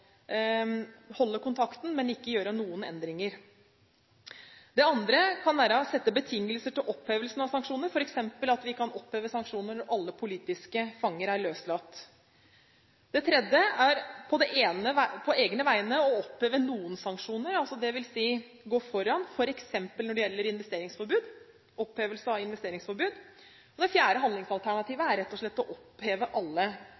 noen endringer. Det andre kan være å sette betingelser for opphevelsen av sanksjoner, f.eks. at vi kan oppheve sanksjoner når alle politiske fanger er løslatt. Det tredje er på egne vegne å oppheve noen sanksjoner, dvs. gå foran f.eks. når det gjelder opphevelse av investeringsforbud. Det fjerde handlingsalternativet er rett og slett å oppheve alle